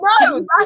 No